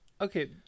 okay